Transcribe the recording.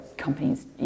companies